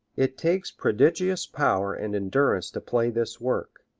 it takes prodigious power and endurance to play this work,